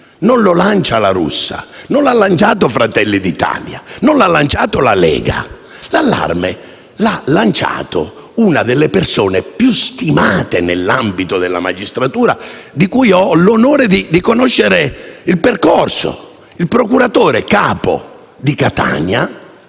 non l'ha lanciato Salvini né La Russa, Fratelli d'Italia o la Lega. L'allarme l'ha lanciato una delle persone più stimate nell'ambito della magistratura, di cui ho l'onore di conoscere il percorso: il procuratore capo di Catania,